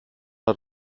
hat